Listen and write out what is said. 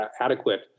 adequate